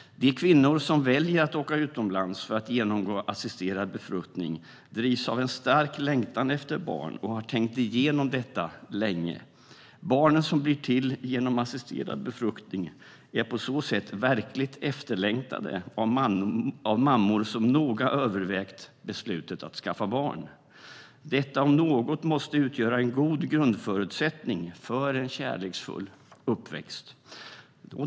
De kvinnor som väljer att åka utomlands för att genomgå assisterad befruktning drivs av en stark längtan efter barn och har tänkt igenom detta länge. Barnen som blir till genom assisterad befruktning är på så sätt verkligt efterlängtade av mammor som noga övervägt beslutet att skaffa barn. Detta om något måste utgöra en god grundförutsättning för en kärleksfull uppväxt.